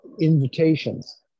invitations